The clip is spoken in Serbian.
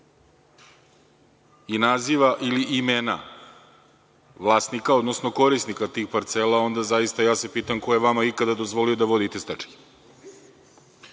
i nazive ili imena vlasnika, odnosno korisnika tih parcela, onda se pitam ko je vama ikada dozvolio da vodite stečaj,